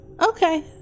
Okay